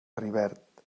rivert